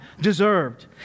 deserved